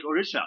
Orisha